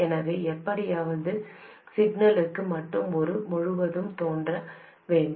எனவே எப்படியாவது சிக்னல்களுக்கு மட்டும் இது முழுவதும் தோன்ற வேண்டும்